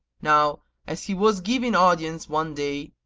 now as he was giving audience one day,